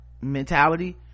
mentality